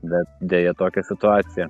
bet deja tokia situacija